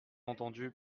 entendu